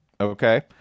Okay